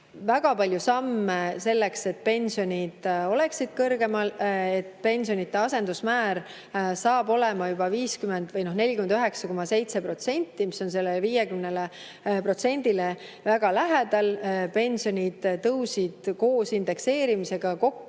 väga palju samme selleks, et pensionid oleksid kõrgemad, et pensionide asendusmäär saab olema juba 50% või 49,7%, mis on 50%‑le väga lähedal. Pensionid tõusid koos indekseerimisega tänu